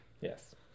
Yes